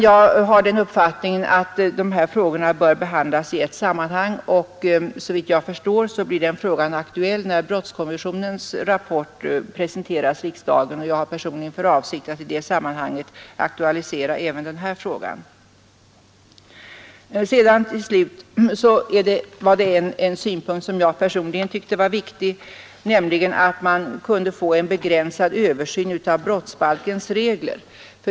Jag har den uppfattningen att dessa problem bör behandlas i ett sammanhang, och såvitt jag förstår blir den frågan aktuell när brottskommissionens rapport presenteras för riksdagen. Jag har för avsikt att i det sammanhanget aktualisera även denna fråga. Slutligen tycker jag att det är viktigt att få en begränsad översyn av brottsbalkens regler.